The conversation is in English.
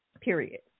period